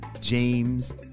James